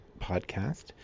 podcast